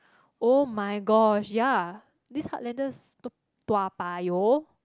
[oh]-my-gosh ya this heartlanders to~ Toa-Payoh